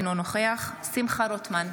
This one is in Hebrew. אינו נוכח שמחה רוטמן,